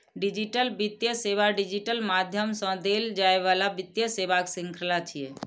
digital वित्तीय सेवा digital माध्यम सं देल जाइ बला वित्तीय सेवाक शृंखला छियै